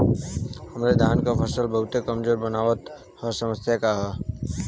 हमरे धान क फसल बहुत कमजोर मनावत ह समस्या का ह?